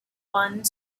one